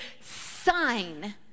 sign